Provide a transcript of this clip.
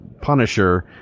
Punisher